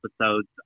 episodes